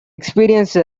experience